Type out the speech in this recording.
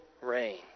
rain